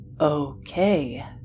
Okay